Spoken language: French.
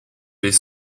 les